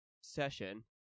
session